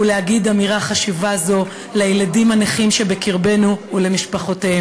ולהגיד את האמירה החשובה הזו לילדים הנכים שבקרבנו ולמשפחותיהם.